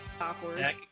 awkward